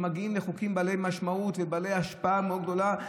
שמגיעים לחוקים בעלי משמעות ובעלי השפעה מאוד גדולה,